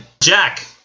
Jack